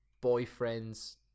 boyfriend's